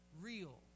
real